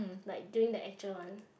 like during the actual one